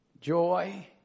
Joy